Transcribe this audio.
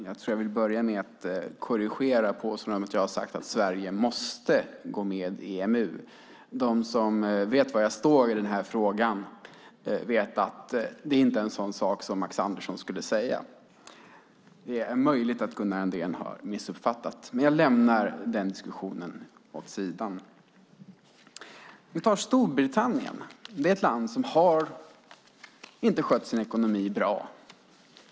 Fru talman! Jag vill börja med att korrigera påståendet att jag har sagt att Sverige måste gå med i EMU. De som vet var jag står i frågan vet att det inte är en sådan sak som Max Andersson skulle säga. Det är möjligt att Gunnar Andrén har missuppfattat det hela, men jag lämnar den diskussionen åt sidan. Storbritannien är ett land som inte har skött sin ekonomi bra.